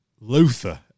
Luther